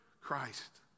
Christ